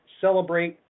celebrate